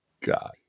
god